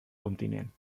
continent